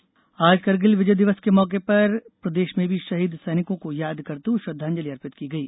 करगिल दिवस आज करगिल विजय दिवस के मौके पर प्रदेश में भी शहीद सैनिकों को याद करते हुए श्रद्वांजलि अर्पित की गई